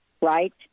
right